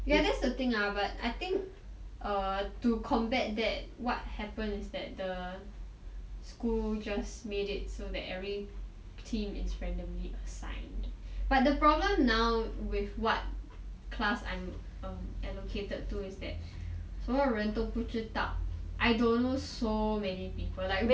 ya that's the thing ah but I think err to combat that what happened is that the school just made it so that every team is randomly assigned but the problem now with what class I'm allocated to is that 所有人都不知道 I don't know so many people like